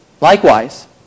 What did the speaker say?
Likewise